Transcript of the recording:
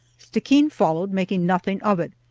stickeen followed, making nothing of it,